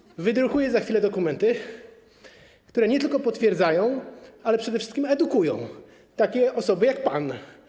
Ha, ha, ha! ...wydrukuję za chwilę dokumenty, które nie tylko to potwierdzają, ale przede wszystkim edukują takie osoby jak pan.